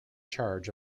charge